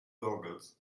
goggles